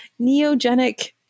Neogenic